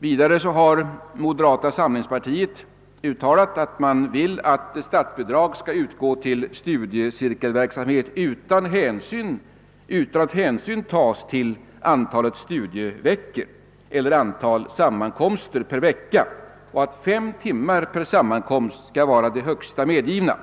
Vidare har moderata samlingspartiet uttalat att man vill att statsbidrag skall utgå till studiecirkelverksamhet utan att hänsyn tas till antalet studieveckor eller antalet sammankomster per vecka, och att fem timmar per sammankomst skall vara det högsta medgivna.